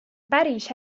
päris